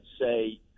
say